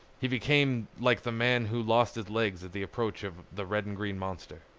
he became like the man who lost his legs at the approach of the red and green monster.